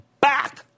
back